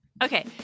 Okay